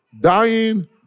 dying